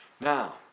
Now